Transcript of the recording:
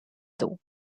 though